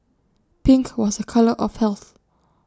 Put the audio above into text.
pink was A colour of health